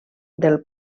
del